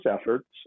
efforts